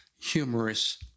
humorous